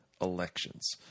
elections